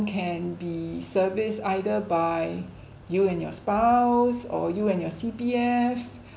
can be serviced either by you and your spouse or you and your C_P_F